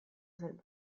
zen